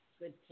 Good